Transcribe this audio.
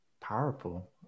powerful